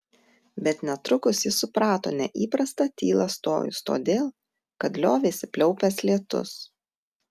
bet netrukus ji suprato neįprastą tylą stojus todėl kad liovėsi pliaupęs lietus